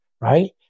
Right